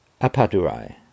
Apadurai